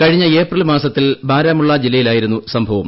കഴിഞ്ഞ ഏപ്രിൽ മാസത്തിൽ ബാരാമുള്ള ജില്ലയിലായിരുന്നു സംഭവം